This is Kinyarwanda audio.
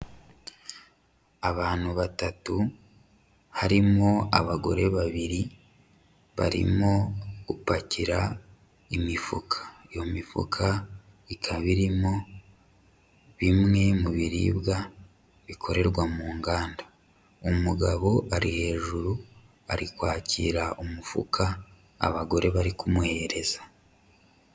Abantu batatu harimo abagore babiri, barimo gupakira imifuka. Iyo mifuka ikaba irimo bimwe mu biribwa bikorerwa mu nganda. Umugabo ari hejuru ari kwakira umufuka abagore bari kumuhereza.